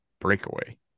breakaway